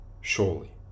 Surely